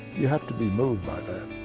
you have to be moved by that,